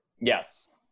Yes